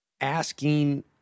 asking